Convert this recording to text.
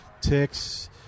ticks